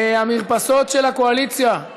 המרפסות של הקואליציה,